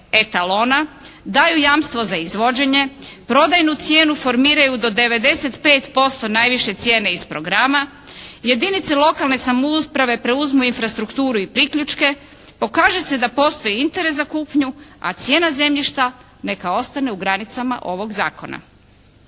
etalona, daju jamstvo za izvođenje, prodajnu cijenu formiraju do 95% najviše cijene iz programa. Jedinice lokalne samouprave preuzmu infrastrukturu i priključke, pokaže se da postoji interes za kupnju, a cijena zemljišta neka ostane u granicama ovog zakona.